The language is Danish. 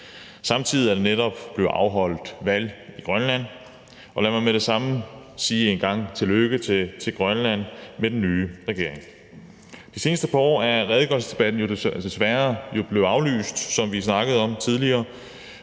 Samtidig er der netop blevet afholdt valg i Grønland, og lad mig med det samme sige tillykke til Grønland med den nye regering. De seneste par år er redegørelsesdebatten jo desværre blevet aflyst, som vi snakkede om tidligere,